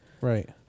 Right